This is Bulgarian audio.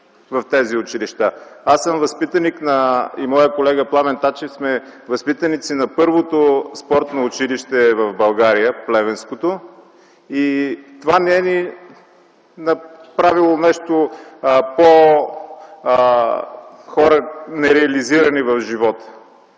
в тези училища. Аз и моят колега Пламен Тачев сме възпитаници на първото спортно училище в България – плевенското. Това не ни е направило нещо по-хора нереализирани в живота.